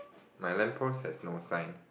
my lamp post has no sign